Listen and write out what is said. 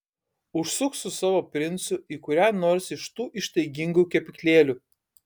užsuk su savo princu į kurią nors iš tų ištaigingų kepyklėlių